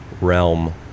realm